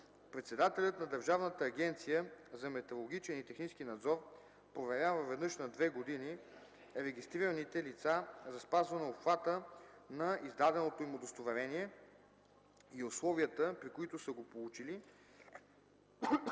Председателят на Държавната агенция за метрологичен и технически надзор проверява веднъж на две години регистрираните лица за спазване обхвата на издаденото им удостоверение и условията, при които са го получили,